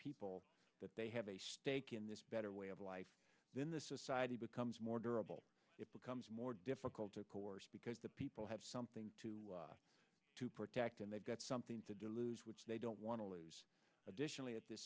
people that they have a stake in this better way of life then the society becomes more durable it becomes more difficult of course because the people have something to protect and they've got something to do lose which they don't want to lose additionally at the